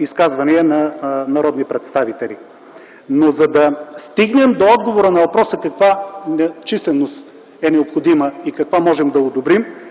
изказвания на народни представители. Но, за да стигнем до отговор на въпроса каква численост е необходима и какво можем да одобрим,